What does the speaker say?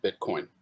Bitcoin